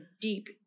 deep